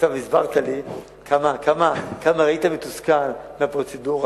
הסברת לי כמה היית מתוסכל מהפרוצדורה,